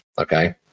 Okay